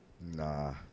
Nah